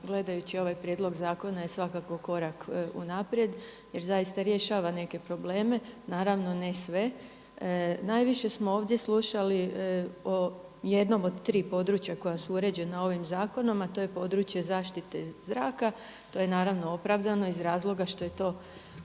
gledajući ovaj prijedlog zakona je svakako korak unaprijed jer zaista rješava neke probleme, naravno ne sve. Najviše smo ovdje slušali o jednom od tri područja koja su uređena ovim zakonom a to je područje zaštite zraka, to je naravno opravdano iz razloga što je to